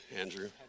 Andrew